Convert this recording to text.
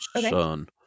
son